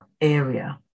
area